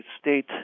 state